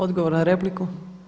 Odgovor na repliku.